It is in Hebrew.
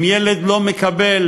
אם ילד לא מקבל